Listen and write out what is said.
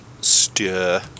stir